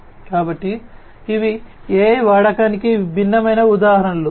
కాబట్టి ఇవి AI వాడకానికి భిన్నమైన ఉదాహరణలు